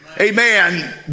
Amen